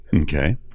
okay